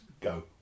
go